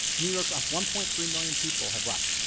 new york, ah one point three million people have left.